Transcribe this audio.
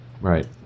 Right